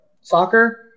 Soccer